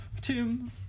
Tim